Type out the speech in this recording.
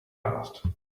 asked